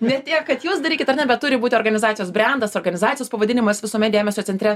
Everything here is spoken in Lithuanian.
ne tiek kad jūs darykit ar ne bet turi būti organizacijos brendas organizacijos pavadinimas visuomet dėmesio centre